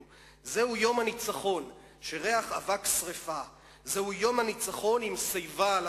/ זהו יום הניצחון / שריחו אבק שרפה / זהו יום חג / עם שיבה על